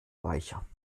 reicher